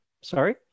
sorry